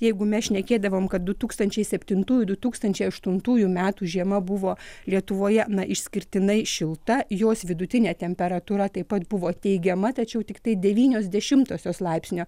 jeigu mes šnekėdavom kad du tūkstančiai septintųjųdu tūkstančiai aštuntųjų metų žiema buvo lietuvoje na išskirtinai šilta jos vidutinė temperatūra taip pat buvo teigiama tačiau tiktai devynios dešimtosios laipsnio